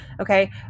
Okay